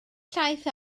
llaeth